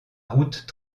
route